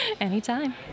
Anytime